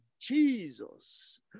Jesus